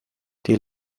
die